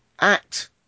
act